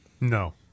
No